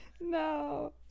No